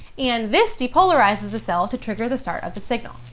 and this depolarizes the cell to trigger the start of the signal.